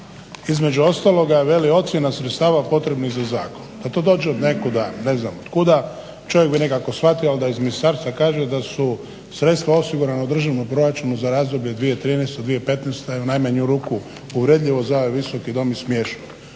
Između ostaloga vele ocjena sredstava potrebnih za zakon, da to dođe od nekuda ne znam od kuda, čovjek bi nekako shvatio ali da iz ministarstva kažu da su sredstva osigurana u državnom proračunu za razdoblje 2013.-2015. je u najmanju ruku uvredljivo za Visoki dom i smiješno.